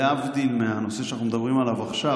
להבדיל מהנושא שאנחנו מדברים עליו עכשיו,